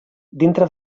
dintre